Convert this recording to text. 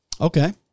Okay